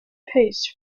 pace